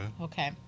Okay